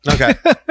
Okay